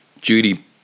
Judy